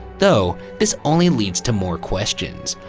though, this only leads to more questions.